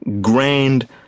grand